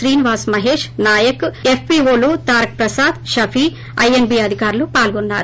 శ్రీనివాస్ మహేష్ నాయక్ ఎఫ్పిఓలు Taraka Prasad Shafi I and B అధికారులు పాల్గొన్నారు